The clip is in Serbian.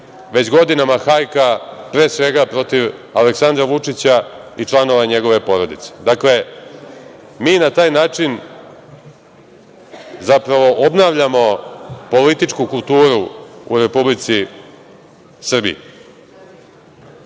već godinama hajka, pre svega protiv Aleksandra Vučića i članova njegove porodice. Dakle, mi na taj način zapravo obnavljamo političku kulturu u Republici Srbiji. Što